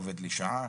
עובד לשעה.